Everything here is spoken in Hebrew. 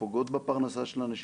שפוגעות בפרנסה של אנשים,